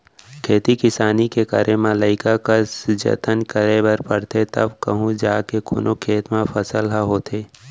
खेती किसानी के करे म लइका कस जनत करे बर परथे तव कहूँ जाके कोनो खेत म फसल ह होथे